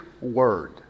word